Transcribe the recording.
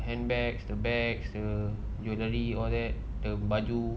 handbags the bags the jewellery all that the baju